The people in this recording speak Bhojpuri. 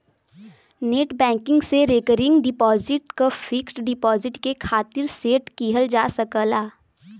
नेटबैंकिंग से रेकरिंग डिपाजिट क फिक्स्ड डिपाजिट के खातिर सेट किहल जा सकला